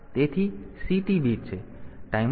તેથી આ CT બીટ છે